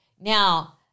Now